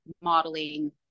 modeling